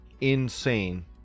insane